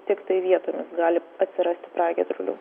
tiktai vietomis gali atsirasti pragiedrulių